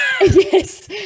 yes